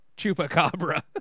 chupacabra